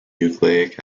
nucleic